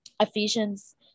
ephesians